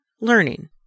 learning